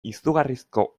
izugarrizko